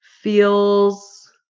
feels